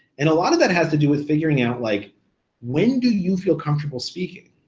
and a lot of that has to do with figuring out like when do you feel comfortable speaking.